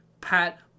Pat